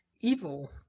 evil